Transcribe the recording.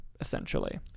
Essentially